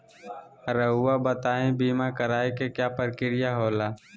रहुआ बताइं बीमा कराए के क्या प्रक्रिया होला?